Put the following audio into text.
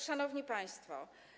Szanowni Państwo!